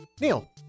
Neil